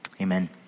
amen